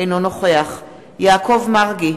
אינו נוכח יעקב מרגי,